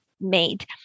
Made